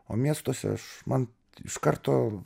o miestuose aš man iš karto